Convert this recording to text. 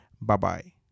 Bye-bye